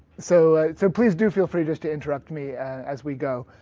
so so please do feel free just to interrupt me as we go.